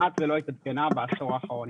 כמעט ולא התעדכנה בעשור האחרון.